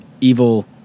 evil